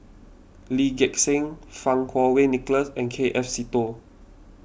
Lee Gek Seng Fang Kuo Wei Nicholas and K F Seetoh